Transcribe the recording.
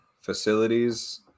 facilities